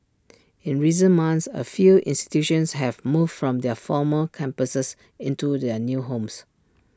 in recent months A few institutions have moved from their former campuses into their new homes